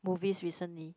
movies recently